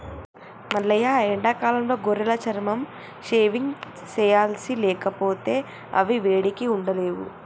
మల్లయ్య ఎండాకాలంలో గొర్రెల చర్మం షేవింగ్ సెయ్యాలి లేకపోతే అవి వేడికి ఉండలేవు